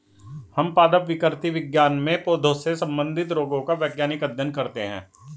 हम पादप विकृति विज्ञान में पौधों से संबंधित रोगों का वैज्ञानिक अध्ययन करते हैं